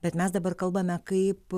bet mes dabar kalbame kaip